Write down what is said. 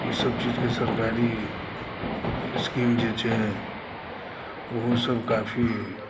ईसभ चीजके सरकारी स्किम जे छै ओहोसभ काफी